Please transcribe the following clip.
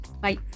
Bye